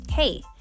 Hey